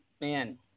man